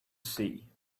see